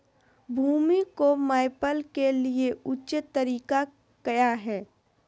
भूमि को मैपल के लिए ऊंचे तरीका काया है?